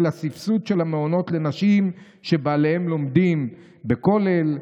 הסבסוד של המעונות לנשים שבעליהן לומדים בכולל.